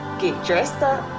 get dressed up,